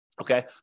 okay